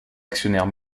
actionnaire